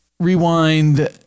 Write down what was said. rewind